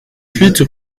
huit